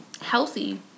healthy